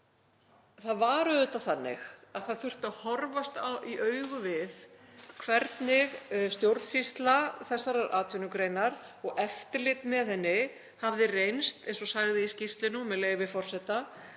Það var auðvitað þannig að það þurfti að horfast í augu við það hvernig stjórnsýsla þessarar atvinnugreinar og eftirlit með henni höfðu reynst, eins og sagði í skýrslunni, með leyfi forseta,